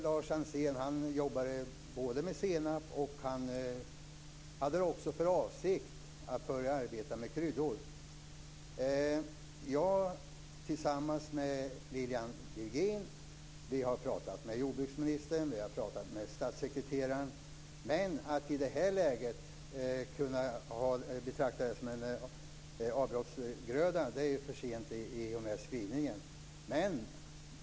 Lars Ansén jobbar med senap, och han hade för avsikt att börja arbeta med kryddor. Jag har tillsammans med Lilian Virgin pratat med jordbruksministern och statssekreteraren. Men att i det läget betrakta detta som en avbrottsgröda är för sent i och med denna skrivning.